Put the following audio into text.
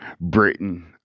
Britain